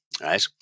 Right